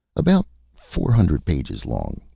about four hundred pages long,